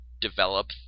develop